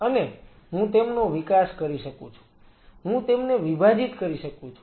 અને હું તેમનો વિકાસ કરી શકું છું હું તેમને વિભાજીત કરી શકું છું